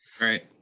Right